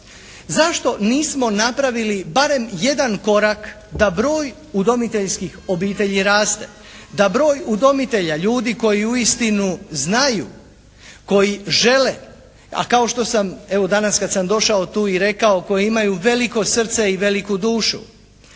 Zašto nismo napravili barem jedan korak da broj udomiteljskih obitelji raste, da broj udomitelja, ljudi koji uistinu znaju, koji žele, a kao što sam evo danas kad sam došao tu i rekao koji imaju veliko srce i veliku dušu.